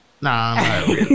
nah